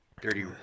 Dirty